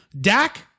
Dak